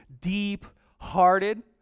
deep-hearted